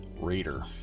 Raider